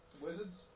Wizards